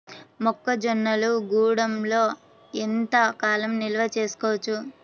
మొక్క జొన్నలు గూడంలో ఎంత కాలం నిల్వ చేసుకోవచ్చు?